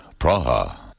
Praha